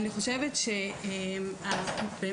אנחנו מכשירים